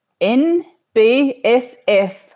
N-B-S-F